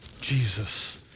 Jesus